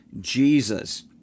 Jesus